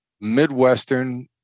Midwestern